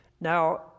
now